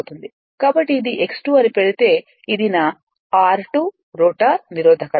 కాబట్టి ఇది x2 అని పెడితే ఇది నా r2 రోటర్ నిరోధకత